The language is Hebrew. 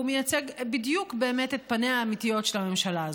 והוא מייצג בדיוק באמת את פניה האמיתיות של הממשלה הזאת.